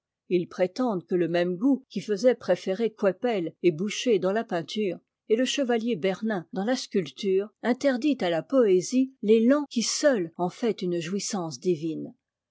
ils prétendent que le même goût qui faisait préférer coypel et boucher dans la peinture et le chevalier ber nin dans la sculpture interdit à la poésie é an qui seul en fait une jouissance divine